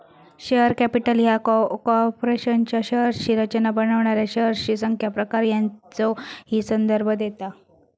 share capital ह्या कॉर्पोरेशनच्या शेअर्सची रचना बनवणाऱ्या शेअर्सची संख्या, प्रकार यांचो ही संदर्भ देता